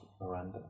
Miranda